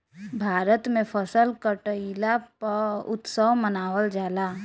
भारत में फसल कटईला पअ उत्सव मनावल जाला